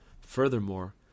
Furthermore